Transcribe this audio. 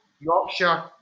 Yorkshire